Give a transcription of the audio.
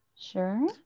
Sure